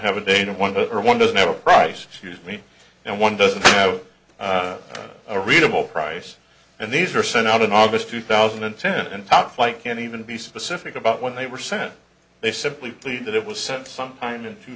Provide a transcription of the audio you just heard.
have a date one but one doesn't have a price choose me and one doesn't have a readable price and these are sent out in august two thousand and ten and top flight can't even be specific about when they were sent they simply pleased that it was sent sometime in two